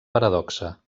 paradoxa